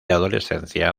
adolescencia